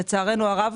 לצערנו הרב,